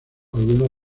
algunos